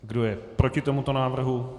Kdo je proti tomuto návrhu?